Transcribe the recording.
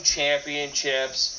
Championships